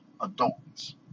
adults